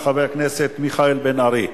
חבר הכנסת מיכאל בן-ארי.